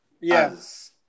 Yes